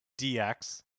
DX